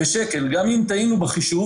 גם אם טעינו בחישוב